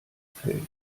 fällt